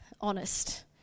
honest